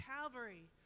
Calvary